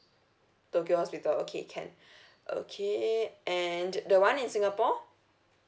tokyo hospital okay can okay and the [one] in singapore